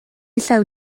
llew